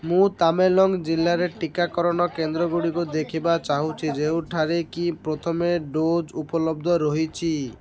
ମୁଁ ତାମେଲଙ୍ଗ୍ ଜିଲ୍ଲାରେ ଟିକାକରଣ କେନ୍ଦ୍ରଗୁଡ଼ିକୁ ଦେଖିବାକୁ ଚାହୁଁଛି ଯେଉଁଠାରେ କି ପ୍ରଥମେ ଡ଼ୋଜ୍ ଉପଲବ୍ଧ ରହିଛି